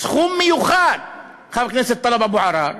סכום מיוחד, חבר הכנסת טלב אבו עראר,